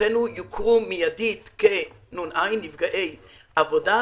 מבחינתנו יוכרו מיידית כ-נ"ע (נפגעי עבודה)